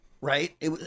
right